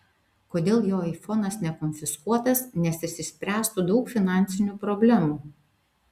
kodėl jo aifonas nekonfiskuotas nes išsispręstų daug finansinių problemų